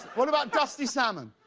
what about dusty salmon?